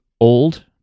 old